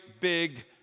big